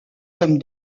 comme